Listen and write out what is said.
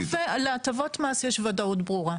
לעומת זאת, להטבות מס יש ודאות ברורה.